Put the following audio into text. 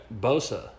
Bosa